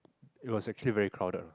it was actually very crowded